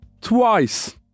twice